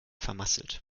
vermasselt